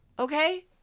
Okay